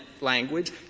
language